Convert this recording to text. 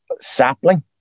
sapling